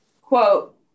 quote